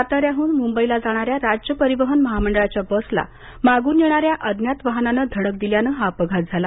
साताऱ्याहून मुंबईला जाणाऱ्या राज्य परिवहन महामंडळाच्या बसला मागून येणाऱ्या अज्ञात वाहनानं धडक दिल्यानं हा अपघात झाला